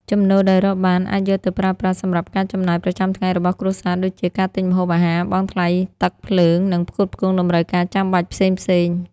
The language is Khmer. ចំណូលដែលរកបានអាចយកទៅប្រើប្រាស់សម្រាប់ការចំណាយប្រចាំថ្ងៃរបស់គ្រួសារដូចជា ការទិញម្ហូបអាហារ បង់ថ្លៃទឹកភ្លើង និងផ្គត់ផ្គង់តម្រូវការចាំបាច់ផ្សេងៗ។